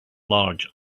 large